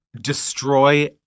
destroy